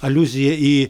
aliuzija į